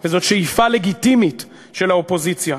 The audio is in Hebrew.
וזו שאיפה לגיטימית של האופוזיציה,